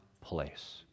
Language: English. place